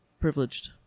privileged